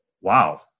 wow